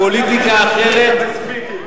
המפלגה שהתיימרה לסמל פוליטיקה אחרת,